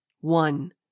One